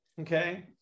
okay